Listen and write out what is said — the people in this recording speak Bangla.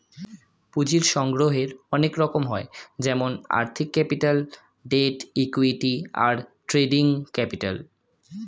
পুঁজির সংগ্রহের অনেক রকম হয় যেমন আর্থিক ক্যাপিটাল, ডেট, ইক্যুইটি, আর ট্রেডিং ক্যাপিটাল